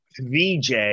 VJ